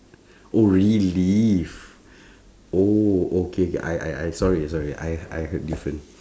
oh relieve oh okay K I I I sorry sorry I I heard different